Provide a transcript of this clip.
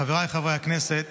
חבריי חברי הכנסת,